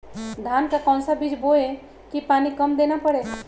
धान का कौन सा बीज बोय की पानी कम देना परे?